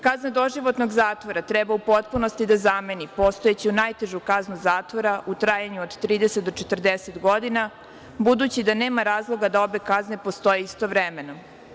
Kazna doživotnog zatvora treba u potpunosti da zameni postojeću najtežu kaznu zatvora u trajanju od 30 do 40 godina, budući da nema razloga da obe kazne postoje istovremeno.